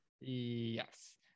yes